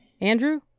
andrew